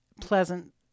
pleasant